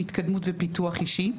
התקדמות ופיתוח אישי,